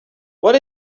what